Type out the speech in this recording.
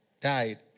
died